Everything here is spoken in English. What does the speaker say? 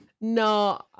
No